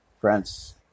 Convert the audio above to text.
Friends